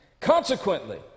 Consequently